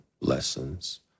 lessons